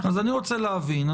אז אני רוצה להבין,